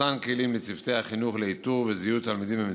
ומתן כלים לצוותי החינוך לאיתור וזיהוי תלמידים במצוקה.